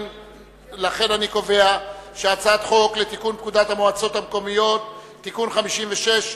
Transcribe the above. אני קובע שהצעת חוק לתיקון פקודת המועצות המקומיות (מס' 56),